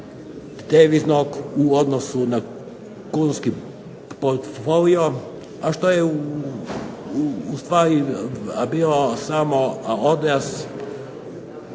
kreditnog u odnosu na kunski portfolio, a što je ustvari bio samo odraz